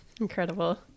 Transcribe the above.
Incredible